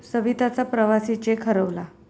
सविताचा प्रवासी चेक हरवला